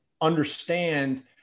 understand